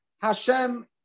Hashem